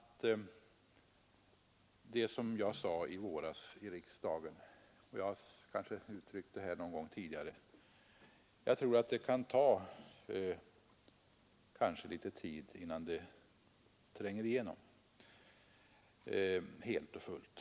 Som jag sagt i riksdagen i våras och kanske någon gång tidigare kan det dröja någon tid innan den nya politiken tränger igenom helt och fullt.